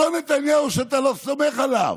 אותו נתניהו שאתה לא סומך עליו,